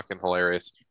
hilarious